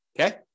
okay